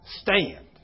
Stand